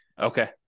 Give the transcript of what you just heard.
Okay